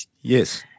Yes